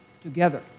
together